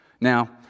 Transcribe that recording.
Now